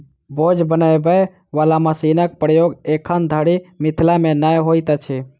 बोझ बनबय बला मशीनक प्रयोग एखन धरि मिथिला मे नै होइत अछि